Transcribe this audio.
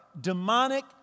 demonic